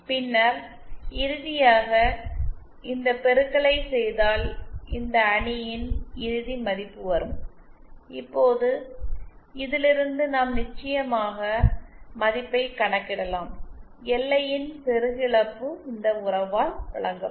பின்னர் இறுதியாக இந்த பெருக்கலைச் செய்தால் இந்த அணியின் இறுதி மதிப்பு வரும் இப்போது இதிலிருந்து நாம் நிச்சயமாக மதிப்பைக் கணக்கிடலாம் எல்ஐ ன் செருகும் இழப்பு இந்த உறவால் வழங்கப்படும்